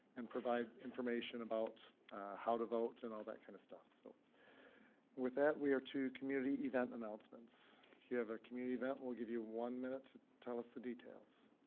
and provide information about how to vote, and all that kind of stuff. so with that we are to community event announcements. if you have a community event, we'll give you one minute to tell us the details.